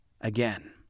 again